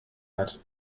hat